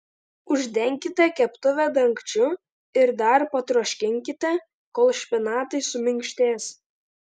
uždenkite keptuvę dangčiu ir dar patroškinkite kol špinatai suminkštės